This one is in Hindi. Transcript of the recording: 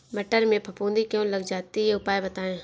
मटर में फफूंदी क्यो लग जाती है उपाय बताएं?